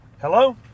Hello